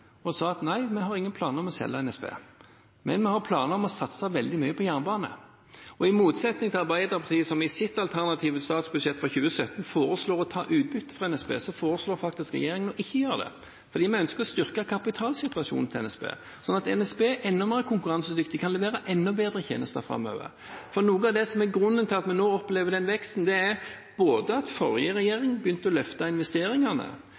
og sa at nei, vi har ingen planer om å selge NSB, men vi har planer om å satse veldig mye på jernbane. I motsetning til Arbeiderpartiet, som i sitt alternative statsbudsjett for 2017 foreslår å ta utbytte fra NSB, foreslår regjeringen ikke å gjøre det, fordi vi ønsker å styrke kapitalsituasjonen til NSB, slik at NSB er enda mer konkurransedyktig og kan levere enda bedre tjenester framover. Noe av grunnen til at vi nå opplever denne veksten, er både at forrige regjering begynte å løfte investeringene,